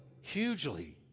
Hugely